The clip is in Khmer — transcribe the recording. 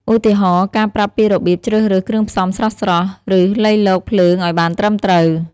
ឧទាហរណ៍ ការប្រាប់ពីរបៀបជ្រើសរើសគ្រឿងផ្សំស្រស់ៗ ឬលៃលកភ្លើងឱ្យបានត្រឹមត្រូវ។